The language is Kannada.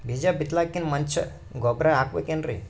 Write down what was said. ಬೀಜ ಬಿತಲಾಕಿನ್ ಮುಂಚ ಗೊಬ್ಬರ ಹಾಕಬೇಕ್ ಏನ್ರೀ?